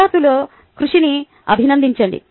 విద్యార్థుల కృషిని అభినందించండి